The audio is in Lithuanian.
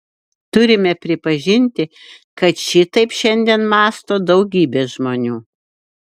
turime pripažinti kad šitaip šiandien mąsto daugybė žmonių